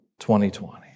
2020